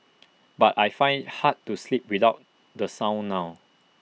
but I find IT hard to sleep without the sound now